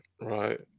Right